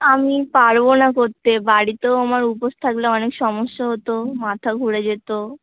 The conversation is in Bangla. আমি পারবো না করতে বাড়িতেও আমার উপোস থাকলে অনেক সমস্যা হতো মাথা ঘুরে যেতো